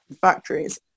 factories